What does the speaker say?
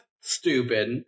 stupid